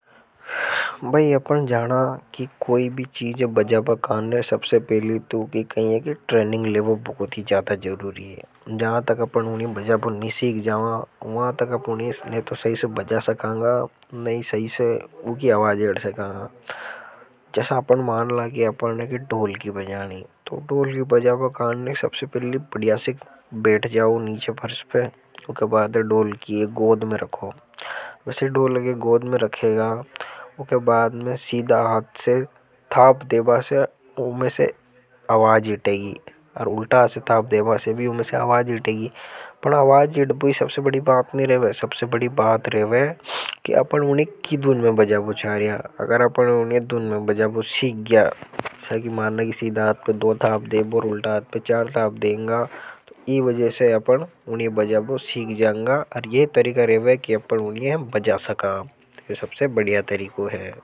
अपन जाना कि कोई भी चीजें बजा काने सबसे पहली तो कि कहीं ये कि ट्रेनिंग लेब बहुत ही ज्यादा ज़रूरी है। जहां तक अपन उन्हें बजा पर नहीं सीख जाओं, वहां तक अपन ऊनी हैं सही से बजा सकांगा, नहीं सही से उनकी आवाज एड सका। कि जैसा की माना की पने के ढोलकी बजानि तो ढोलकी की बजा वह कांन ने सबसे पहले बढ़िया से बैठ जाओ। नीचे फरस पर बैठे जाबो ऊके बाद में ढोलकी है गोध में रखो वैसे ढोलक के गोध में रखेगा उसके बादमें सीधा हथ से थाप देवा से। उनमें से आवाज हीटेगी और उल्टा से थाप देवा से भी उनमें से आवाज जिटेगी पर आवाज जिट भी सबसे बड़ी बात नहीं रहे। यह सबसे बड़ी बात रहा है कि आपने उन्हें कि दुन बजाऊं चाहिए अगर आपने उन्हें दुन में बजापहुं से गया अच्छी। मानना कि सीधा हाथ पर दो थाप देव ओर उल्टा हाथ पर चार थाप देंगा इन वजह से अपने का उन्हें बजाबों। ठीक जाएंगा और यह तरीका रहे हुए कि अपने उन्हें बजा सका यह सबसे बढ़िया तरीकों है।